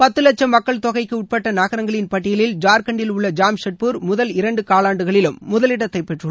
பத்து லட்சும் மக்கள் தொகைக்கு உட்பட்ட நகரங்களின் பட்டியிலில் ஜார்கண்ட்டில் உள்ள ஜாம்ஷெட்பூர் முதல் இரண்டு காலாண்டுகளிலும் முதலிடத்தை பெற்றுள்ளன